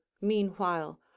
meanwhile